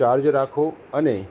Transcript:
charge રાખો અને